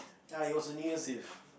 ya it was a New Year's Eve